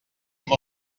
amb